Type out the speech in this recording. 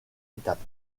étape